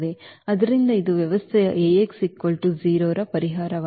ಆದ್ದರಿಂದ ಇದು ವ್ಯವಸ್ಥೆಯ ರ ಪರಿಹಾರವಾಗಿದೆ